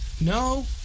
No